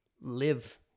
live